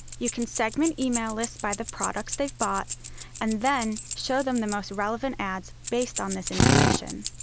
you can segment email lists by the products they've bought and then show them the most relevant ads based on this information.